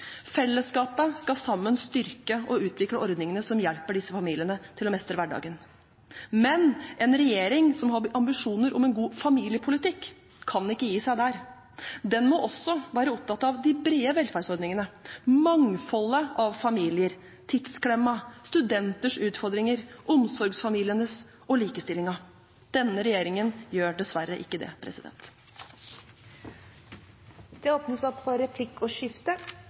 Fellesskapet skal sammen styrke og utvikle ordningene som hjelper disse familiene til å mestre hverdagen. Men en regjering som har ambisjoner om en god familiepolitikk, kan ikke gi seg der. Den må også være opptatt av de brede velferdsordningene, mangfoldet av familier, tidsklemma, studenters utfordringer, omsorgsfamiliene og likestillingen. Denne regjeringen gjør dessverre ikke det. Det